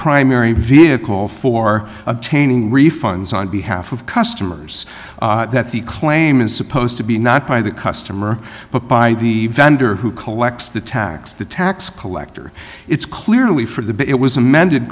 primary vehicle for obtaining refunds on behalf of customers that the claim is supposed to be not by the customer but by the vendor who collects the tax the tax collector it's clearly for the it was amended